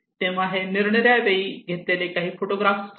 तेव्हा हे निरीक्षणाच्या वेळी घेतलेले काही फोटोग्राफ्स आहेत